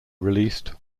released